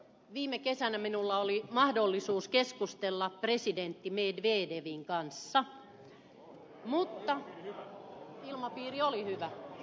viime kesänä minulla oli mahdollisuus keskustella presidentti medvedevin kanssa mutta ilmapiiri oli hyvä